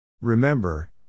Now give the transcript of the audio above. Remember